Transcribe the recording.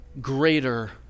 greater